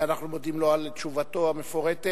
אנחנו מודים לו על תשובתו המפורטת.